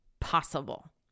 possible